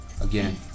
again